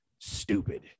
stupid